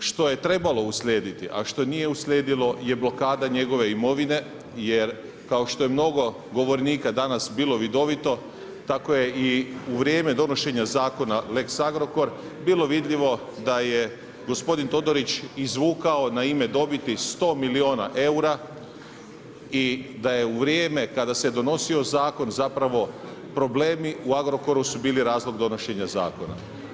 Ono što je trebalo uslijediti, a što nije uslijedilo je blokada njegove imovine jer kao što je mnogo govornika danas bilo vidovito, tako je i u vrijeme donošenja Zakona Lex Agrokor bilo vidljivo da je gospodin Todorić izvukao na ime dobiti 100 milijuna eura i da je u vrijeme kada se donosio zakon zapravo problemi u Agrokoru su bili razlog donošenja zakona.